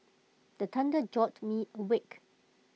the thunder jolt me awake